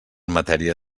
matèria